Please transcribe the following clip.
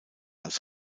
als